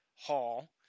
Hall